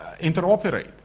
interoperate